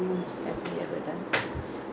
so you ever ride horse there